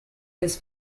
his